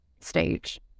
stage